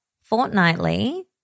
fortnightly